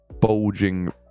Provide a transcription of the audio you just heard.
bulging